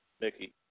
Mickey